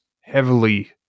heavily